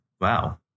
Wow